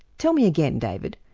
tell me again, david,